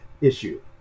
issue